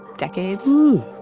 decades ooh.